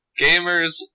Gamers